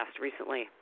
recently